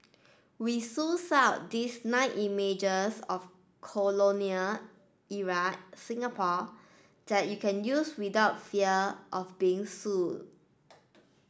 we sussed out these nine images of colonial era Singapore that you can use without fear of being sued